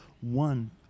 one